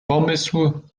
pomysł